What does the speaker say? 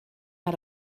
out